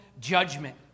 judgment